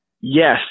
yes